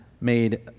made